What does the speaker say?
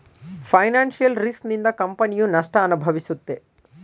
financial risk ನಿಂದ ಕಂಪನಿಯು ನಷ್ಟ ಅನುಭವಿಸುತ್ತೆ